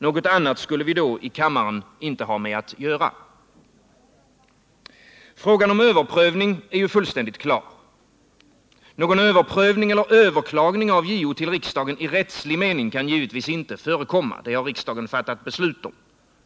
Något annat skulle vi då i kammaren inte ha med att göra. Frågan om överprövning är ju fullständigt klar. Någon överprövning eller överklagning av JO:s beslut till riksdagen i rättslig mening kan givetvis inte förekomma — det har riksdagen fattat beslut om.